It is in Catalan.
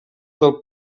del